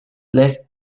les